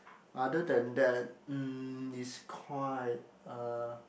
other than that mm is quite uh